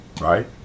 Right